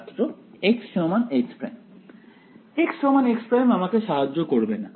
ছাত্র xx' xx' আমাকে সাহায্য করবে না